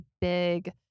big